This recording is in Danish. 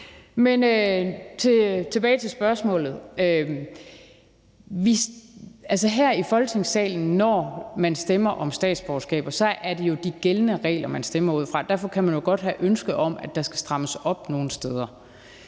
Men tilbage til spørgsmålet. Her i Folketingssalen, når man stemmer om statsborgerskaber, er det jo de gældende regler, man stemmer ud fra. Derfor kan man jo godt have et ønske om, at der skal strammes op nogle steder.